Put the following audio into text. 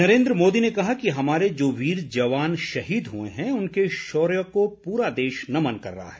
नरेन्द्र मोदी ने कहा कि हमारे जो वीर जवान शहीद हुए हैं उनके शौर्य को पूरा देश नमन कर रहा है